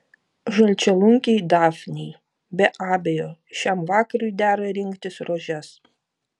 žalčialunkiai dafnei be abejo šiam vakarui dera rinktis rožes